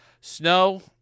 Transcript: snow